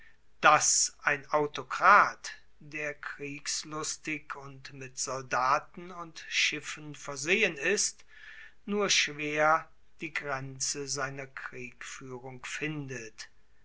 dass ein autokrat der kriegslustig und mit soldaten und schiffen versehen ist nur schwer die grenze seiner kriegfuehrung findet